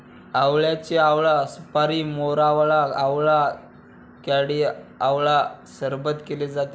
आवळ्याचे आवळा सुपारी, मोरावळा, आवळा कँडी आवळा सरबत केले जाते